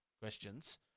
questions